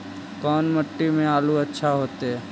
कोन मट्टी में आलु अच्छा होतै?